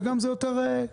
וגם זה קצת יותר מעניין.